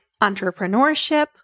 entrepreneurship